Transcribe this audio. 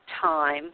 Time